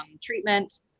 treatment